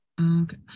okay